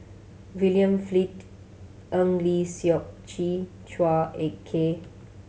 William Flint Eng Lee Seok Chee Chua Ek Kay